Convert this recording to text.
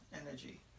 energy